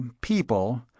people